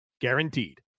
guaranteed